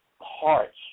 hearts